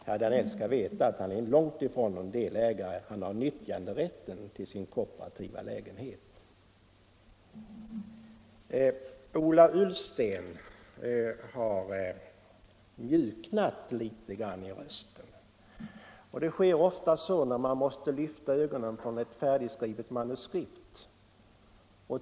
Herr Danell skall veta att han långt ifrån är någon delägare — han har nytjanderätten till sin kooperativa lägenhet. Herr Ullsten har mjuknat litet grand i rösten. Det sker ofta när man måste lyfta ögonen från ett färdigskrivet manuskript.